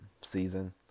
season